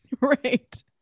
Right